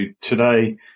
today